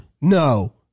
No